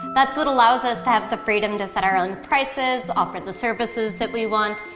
that's what allows us to have the freedom to set our own prices, offer the services that we want.